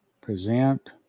present